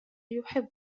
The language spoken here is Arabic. يحب